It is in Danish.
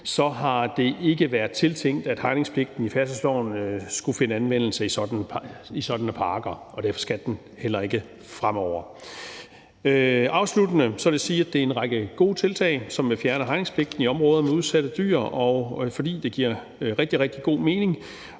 har det ikke været tiltænkt, at hegningspligten i færdselsloven skulle finde anvendelse i sådanne parker – og derfor skal den heller ikke det fremover. Afsluttende vil jeg sige, at det er en række gode tiltag, som vil fjerne hegningspligten i områder med dyr, der er sat ud, fordi det giver rigtig, rigtig god mening.